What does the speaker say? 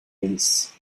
release